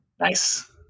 Nice